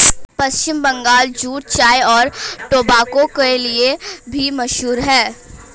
पश्चिम Bangal jute चाय और tobacco के लिए भी मशहूर है